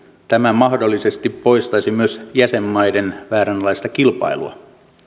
tämä mahdollisesti poistaisi myös jäsenmaiden vääränlaista kilpailua